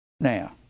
Now